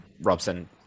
Robson